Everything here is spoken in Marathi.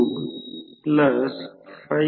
167 अँपिअर असेल